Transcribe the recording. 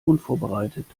unvorbereitet